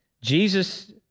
Jesus